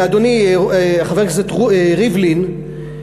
ואדוני חבר הכנסת ריבלין,